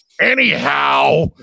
anyhow